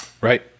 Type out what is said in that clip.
Right